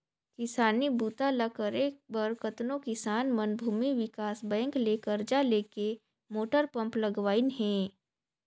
किसानी बूता ल करे बर कतनो किसान मन भूमि विकास बैंक ले करजा लेके मोटर पंप लगवाइन हें